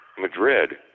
Madrid